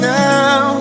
now